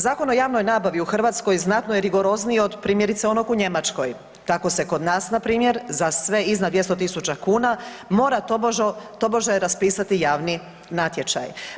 Zakon o javnoj nabavi u Hrvatskoj znatno je rigorozniji od primjerice onaj u Njemačkoj, tako se kod nas npr. za sve iznad 200.000 kuna mora tobože raspisati javni natječaj.